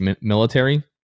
military